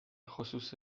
خصوص